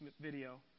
video